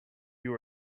you